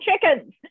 chickens